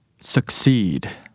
succeed